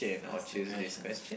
what's the question